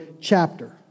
chapter